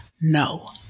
No